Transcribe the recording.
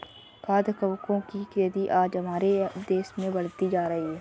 खाद्य कवकों की खेती आज हमारे देश में बढ़ती जा रही है